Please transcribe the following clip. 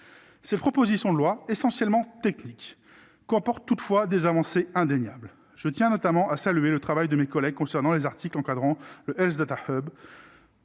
cette proposition de loi essentiellement technique comporte toutefois des avancées indéniables je tiens notamment à saluer le travail de mes collègues concernant les articles encadrant le L7 AFUB